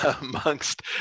amongst